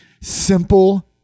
simple